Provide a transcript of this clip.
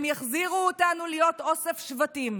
הם יחזירו אותנו להיות אוסף שבטים,